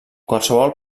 qualsevol